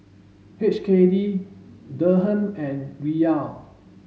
H K D Dirham and Riyal